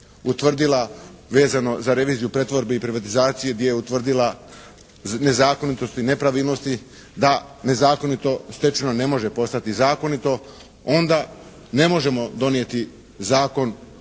utvrdila vezano za reviziju pretvorbe i privatizacije gdje je utvrdila nezakonitosti i nepravilnosti da nezakonito stečeno ne može postati zakonito onda ne možemo donijeti zakon